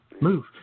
move